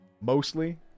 Mostly